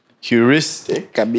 heuristic